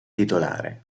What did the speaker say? titolare